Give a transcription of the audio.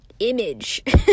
image